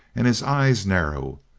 and his eyes narrow.